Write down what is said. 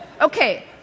Okay